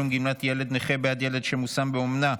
(תשלום גמלת ילד נכה בעד ילד שמושם באומנה),